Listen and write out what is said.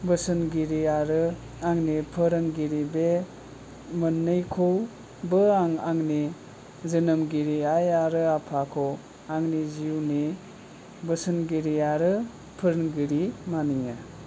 बोसोनगिरि आरो आंनि फोरोंगिरि बे मोननैखौबो आं आंनि जोनोमगिरि आइ आरो आफाखौ आंनि जिउनि बोसोनगिरि आरो फोरोंगिरि मानियो